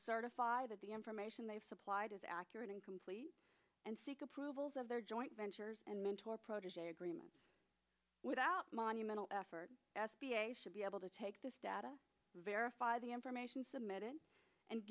certify that the information they've supplied is accurate and complete and seek approvals of their joint ventures and mentor protegee agreements without monumental effort s b a should be able to take this data verify the information submitted and